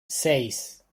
seis